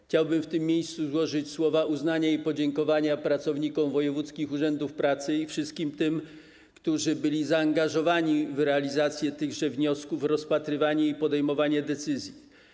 Chciałbym w tym miejscu skierować słowa uznania i podziękowania dla pracowników wojewódzkich urzędów pracy i wszystkich tych, którzy byli zaangażowani w realizację tychże wniosków, rozpatrywanie i podejmowanie decyzji.